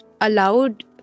allowed